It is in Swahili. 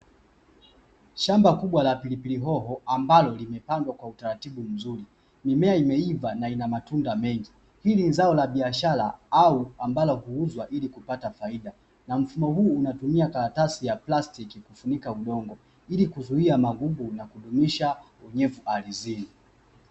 Shamba kubwa la pilipili hoho ambalo limepandwa kwa utaratibu mzuri mimea imeiva na ina matunda mengi. Hili ni zao la biashara au ambalo huuzwa ili kupata faida kubwa na mfumo huu unatumia karatasi ya plastiki kufunika udongo ili kuzuia magugu na kudumisha inyecu ardhini.